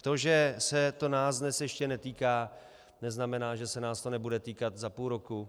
To, že se nás to dnes ještě netýká, neznamená, že se nás to nebude týkat za půl roku.